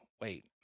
wait